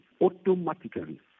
automatically